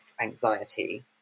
anxiety